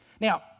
Now